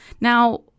Now